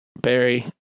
Barry